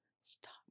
Stop